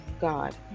God